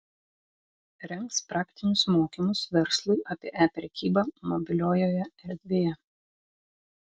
rengs praktinius mokymus verslui apie e prekybą mobiliojoje erdvėje